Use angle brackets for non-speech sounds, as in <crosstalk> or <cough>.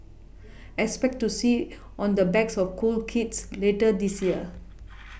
expect to see on the backs of cool kids <noise> later this year <noise>